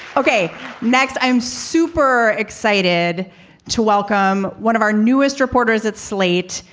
ok next, i'm super excited to welcome one of our newest reporters at slate.